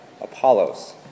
Apollos